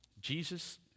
Jesus